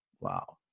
Wow